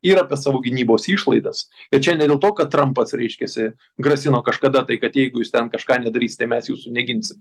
ir apie savo gynybos išlaidas ir čia ne dėl to kad trampas reiškiasi grasino kažkada tai kad jeigu jūs ten kažką nedarysit tai mes jūsų neginsim